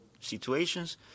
situations